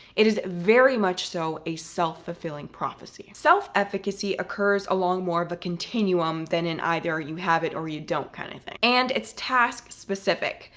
it is very much so a self-fulfilling prophecy. self-efficacy occurs along more of a continuum, than in either you have it or you don't kind of thing. and it's task specific,